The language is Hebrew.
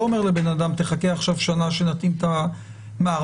אומר לבן אדם שיחכה שנה שתתאימו את המערכות,